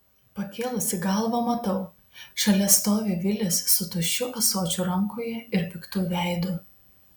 pakėlusi galvą matau šalia stovi vilis su tuščiu ąsočiu rankoje ir piktu veidu